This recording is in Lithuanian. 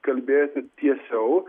kalbėti tiesiau